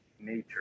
nature